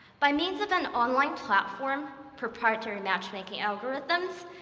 by means of an online platform, proprietary matchmaking algorithms,